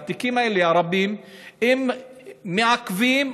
והתיקים הרבים האלה מעכבים,